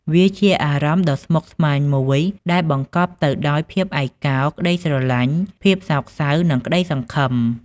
វាជាអារម្មណ៍ដ៏ស្មុគស្មាញមួយ ដែលបង្កប់ទៅដោយភាពឯកកោ ក្ដីស្រឡាញ់ ភាពសោកសៅ និងក្ដីសង្ឃឹម។